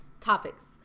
Topics